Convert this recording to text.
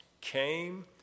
Came